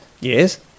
Yes